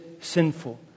sinful